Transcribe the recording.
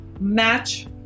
match